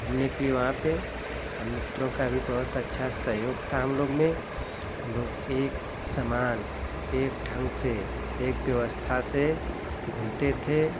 घूमने के लिए वहाँ पर आ मित्रों का भी बहुत अच्छा सैहयोग था हमलोग में हम लोग एक समान एक ढंग से एक व्यवस्था से घूमते थे